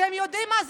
אתם יודעים מה?